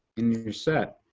and you're set.